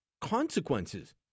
consequences